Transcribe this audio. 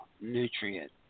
nutrient